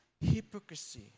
hypocrisy